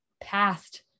past